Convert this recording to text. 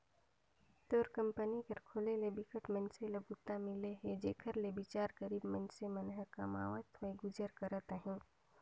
तोर कंपनी कर खोले ले बिकट मइनसे ल बूता मिले हे जेखर ले बिचार गरीब मइनसे मन ह कमावत होय गुजर करत अहे